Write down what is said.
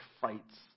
fights